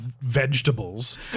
vegetables